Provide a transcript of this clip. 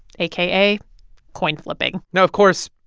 aka coin flipping now of course,